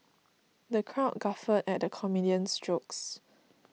the crowd guffawed at the comedian's jokes